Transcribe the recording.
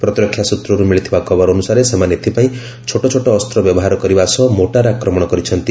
ପ୍ରତିରକ୍ଷା ସୂତ୍ରରୁ ମିଳିଥିବା ଖବର ଅନୁସାରେ ସେମାନେ ଏଥିପାଇଁ ଛୋଟ ଛୋଟ ଅସ୍ତ୍ର ବ୍ୟବହାର କରିବା ସହ ମୋର୍ଟାର୍ ଆକ୍ରମଣ କରିଛନ୍ତି